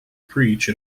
preach